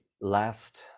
last